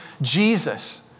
Jesus